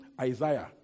Isaiah